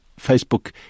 Facebook